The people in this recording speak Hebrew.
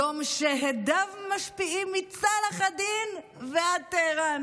יום שהדיו משפיעים מצלאח א-דין ועד טהרן.